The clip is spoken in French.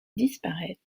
disparaître